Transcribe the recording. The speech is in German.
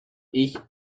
ich